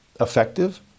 effective